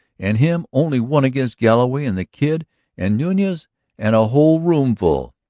and him only one against galloway and the kid and nunez and a whole room full.